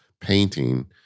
painting